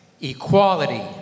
equality